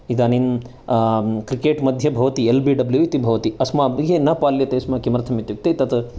इदानीम् क्रिकेट् मध्ये भवति एल् बि डब्लू इति भवति अस्माभिः न पाल्यते स्म किमर्थम् इत्युक्ते तत्